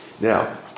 Now